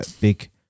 big